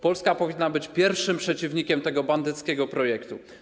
Polska powinna być pierwszym przeciwnikiem tego bandyckiego projektu.